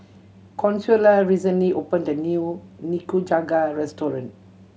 Consuela recently opened a new Nikujaga restaurant